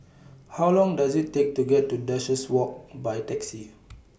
How Long Does IT Take to get to Duchess Walk By Taxi